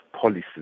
policies